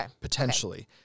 potentially